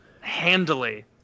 handily